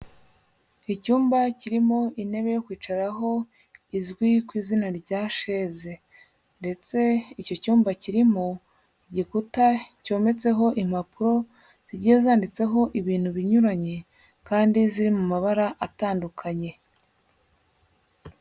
Icyumba kirimo intebe yo kwicaraho izwi ku izina rya sheze, ndetse icyo cyumba kirimo igikuta cyometseho impapuro zigiye zanditseho ibintu binyuranye, kandi ziri mu mabara atandukanye.